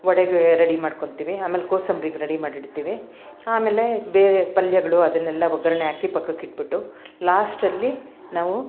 ವಡೆಗೆ ready ಮಾಡಿಕೊಂತೀವಿ ಅಮೇಲೆ ಕೋಸಂಬ್ರಿಗೆ ರೆಡಿ ಮಾಡಿಡ್ತೀವಿ ಆಮೇಲೆ ಬೇರೆ ಪಲ್ಯಗಳು ಅದನ್ನೆಲ್ಲಾ ಒಗ್ಗರಣೆ ಹಾಕಿ ಪಕ್ಕಕ್ಕೆ ಇಟ್ಬಿಟ್ಟು ಲಾಸ್ಟಲ್ಲಿ ನಾವು